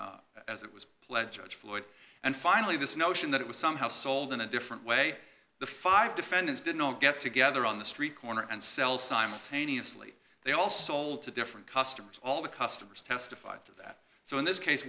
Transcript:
conspiracy as it was pled judge floyd and finally this notion that it was somehow sold in a different way the five defendants didn't all get together on the street corner and sell simultaneously they all sold to different customers all the customers testified to that so in this case